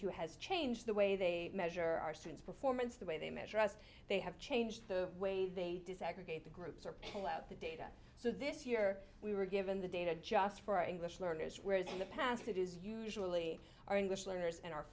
who has changed the way they measure our students performance the way they measure as they have changed the way they desegregate the groups or pull out the data so this year we were given the data just for english learners whereas in the past it is usually our english learners and our